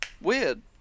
Weird